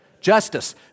justice